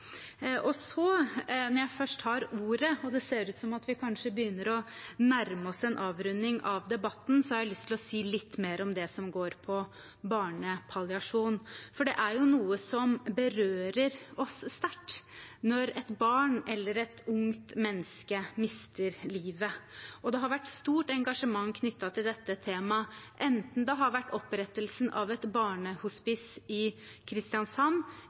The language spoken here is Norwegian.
Så, når jeg først har ordet og det ser ut som vi kanskje begynner å nærme oss en avrunding av debatten, har jeg lyst til å si litt mer om det som går på barnepalliasjon. Det er jo noe som berører oss sterkt når et barn eller et ungt menneske mister livet. Og det har vært stort engasjement knyttet til dette temaet, enten det har vært opprettelsen av et barnehospice i Kristiansand